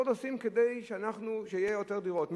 הכול עושים כדי שיהיו יותר דירות,